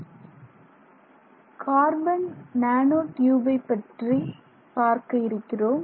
I carbon nano டியூபை பற்றி பார்க்க இருக்கிறோம்